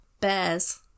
Bears